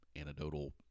anecdotal